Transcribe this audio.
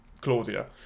Claudia